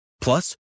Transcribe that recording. Plus